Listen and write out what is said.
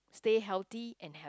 stay healthy and have